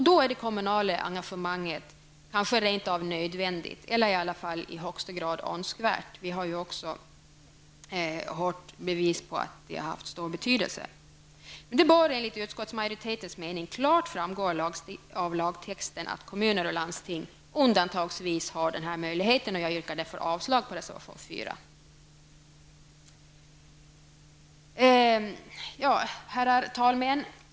Då är det kommunala engagemanget kanske rent av nödvändigt, eller i varje fall i högsta grad önskvärt. Vi har ju fått bevis för att det kommunala engagemanget har haft stor betydelse. Det bör enligt utskottsmajoritetens mening klart framgå av lagtexten att kommuner och landsting undantagsvis har denna möjlighet. Jag yrkar därför avslag på reservation 4. Herr talman!